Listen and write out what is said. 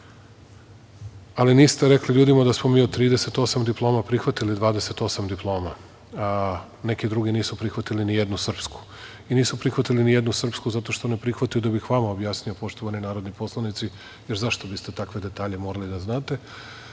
ali niste rekli ljudima da smo mi 28 diploma prihvatili, neki drugi nisu prihvatili nijednu srpsku. Nisu prihvatili nijednu srpsku zato što ne prihvataju, a da bih vama objasnio poštovani narodni poslanici, jer zašto biste takve detalje morali da znate.